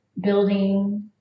building